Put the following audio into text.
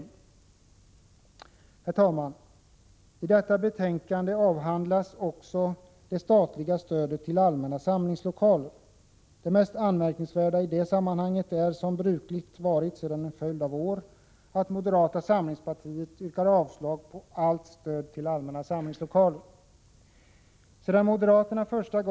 Herr talman! I detta betänkande avhandlas också det statliga stödet till allmänna samlingslokaler. Det mest anmärkningsvärda i det sammanhanget 21 Prot. 1986/87:123 är, som brukligt varit sedan en följd av år, att moderata samlingspartiet yrkar 14 maj 1987 avslag på allt stöd till allmänna samlingslokaler. Sedan moderaterna första mor Lo na.